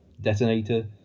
detonator